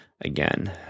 again